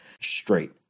straight